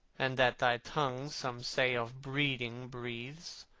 and that thy tongue some say of breeding breathes,